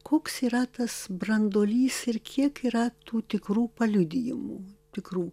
koks yra tas branduolys ir kiek yra tų tikrų paliudijimų tikrų